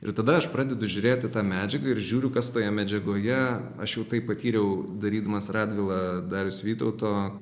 ir tada aš pradedu žiūrėti tą medžiagą ir žiūriu kas toje medžiagoje aš jau tai patyriau darydamas radvilą darius vytauto